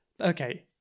okay